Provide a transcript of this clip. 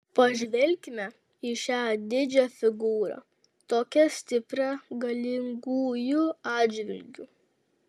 pažvelkime į šią didžią figūrą tokią stiprią galingųjų atžvilgiu